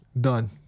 done